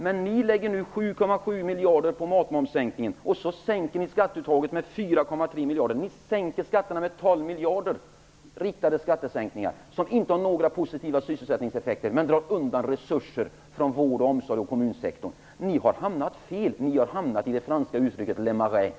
Men ni lägger nu ut 7,7 miljarder på matmomssänkningen samtidigt som ni sänker skatteuttaget med 4,3 miljarder. Totalt sänker ni skatterna med 12 miljarder. Det är fråga om riktade skattesänkningar som inte har några positiva sysselsättningseffekter, men de drar undan resurser från vård och omsorg och kommunsektorn. Ni har hamnat fel, ni har hamnat enligt det franska uttrycket i "le marais".